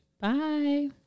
Bye